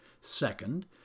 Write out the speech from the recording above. Second